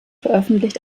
veröffentlicht